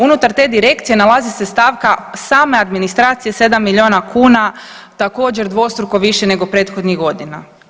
Unutar te direkcije nalazi se stavka same administracije 7 milijuna kuna također dvostruko više nego prethodnih godina.